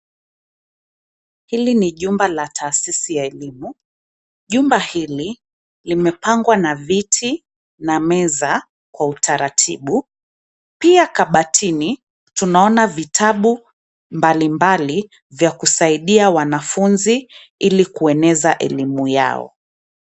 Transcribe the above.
Hili ni jumba la taasisi ya elimu. Jumba hili limepangwa na viti na meza kwa utaratibu. Pia kabatini tunaona vitabu mbali mbali vya kusaidia wanafunzi ilikueneza elimu yao.